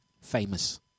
famous